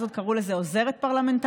אז עוד קראו לזה עוזרת פרלמנטרית,